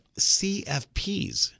CFPs